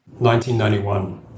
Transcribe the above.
1991